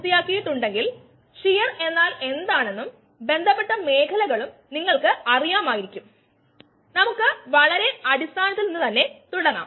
മുമ്പത്തെപ്പോലെ enzyme reaction കയ്നെറ്റിക്സിനെ കുറച്ചു നമുക്ക് നല്ല ധാരണ ഉണ്ടായിരിക്കണം